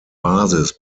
basis